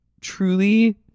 truly